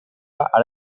ara